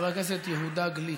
חבר הכנסת יהודה גליק.